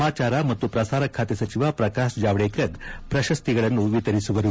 ಸಮಾಚಾರ ಮತ್ತು ಪ್ರಸಾರ ಖಾತೆ ಸಚಿವ ಪ್ರಕಾಶ್ ಜಾವಡೇಕರ್ ಪ್ರಶಸ್ತಿಗಳನ್ನು ಪ್ರದಾನ ಮಾದುವರು